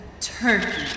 Turkey